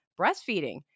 Breastfeeding